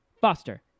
Foster